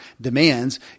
demands